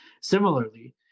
Similarly